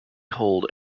hold